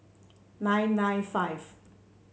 nine nine five